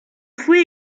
fruit